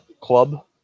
club